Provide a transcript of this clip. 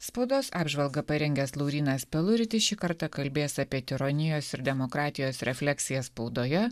spaudos apžvalgą parengęs laurynas peluritis šį kartą kalbės apie tironijos ir demokratijos refleksija spaudoje